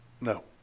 No